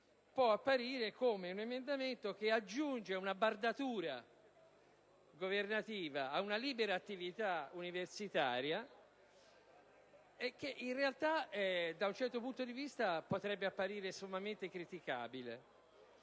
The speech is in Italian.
può apparire come un emendamento che, aggiungendo una bardatura governativa ad una libera attività universitaria, da un certo punto di vista potrebbe apparire sommamente criticabile.